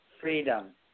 Freedom